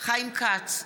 חיים כץ,